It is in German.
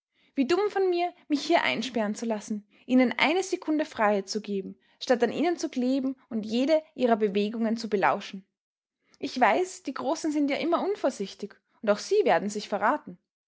wie dumm von mir mich hier einsperren zu lassen ihnen eine sekunde freiheit zu geben statt an ihnen zu kleben und jede ihrer bewegungen zu belauschen ich weiß die großen sind ja immer unvorsichtig und auch sie werden sich verraten